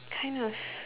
kind of